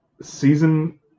Season